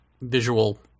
visual